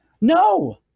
No